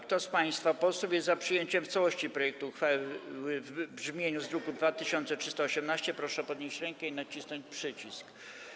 Kto z państwa posłów jest za przyjęciem w całości projektu uchwały w brzmieniu z druku nr 2318, proszę podnieść rękę i nacisnąć przycisk.